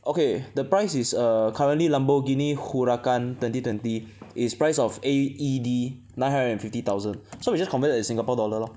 okay the price is err currently Lamborghini Huracan twenty twenty is price of A_E_D nine hundred and fifty thousand so we just convert that to Singapore dollar lor